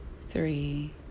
three